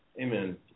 Amen